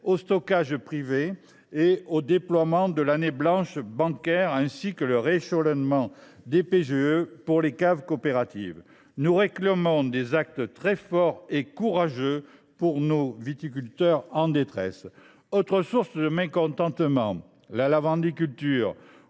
au stockage privé, le déploiement de l’année blanche bancaire et le rééchelonnement des prêts garantis par l’État (PGE) pour les caves coopératives. Nous réclamons des actes très forts et courageux pour nos viticulteurs en détresse. Autre source de mécontentement : la lavandiculture.